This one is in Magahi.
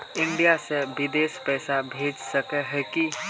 इंडिया से बिदेश पैसा भेज सके है की?